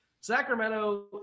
Sacramento